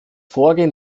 vorgehen